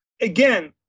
again